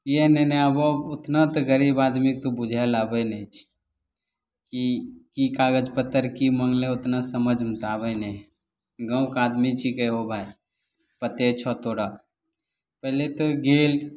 इहो लेने आबहो ओतना तऽ गरीब आदमी तू बुझै लऽ आबै नहि छी ई ई की कागज पत्तर की मंगलै ओतना समझमे तऽ आबै नहि हय गाँवके आदमी छीकै हो भाइ पते छऽ तोरा पहिले तऽ गेल